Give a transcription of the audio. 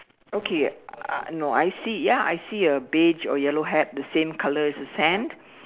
okay uh no I see ya I see a beige or yellow hat the same colour as the sand